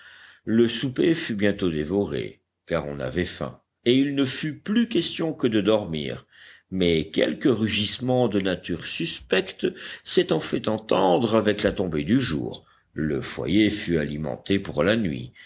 le souper fut bientôt dévoré car on avait faim et il ne fut plus question que de dormir mais quelques rugissements de nature suspecte s'étant fait entendre avec la tombée du jour le foyer fut alimenté pour la nuit